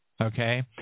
Okay